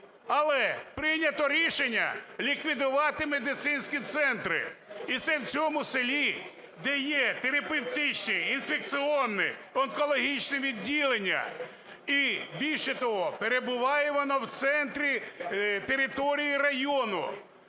Але прийнято рішення ліквідувати медицинські центри, і це в цьому селі, де є терапевтичні, інфекційні, онкологічні відділення. І, більше того, перебуває вона в центрі території району.